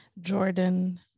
Jordan